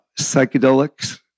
psychedelics